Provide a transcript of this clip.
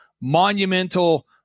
monumental